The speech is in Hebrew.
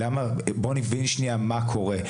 בוא נבין שנייה מה קורה.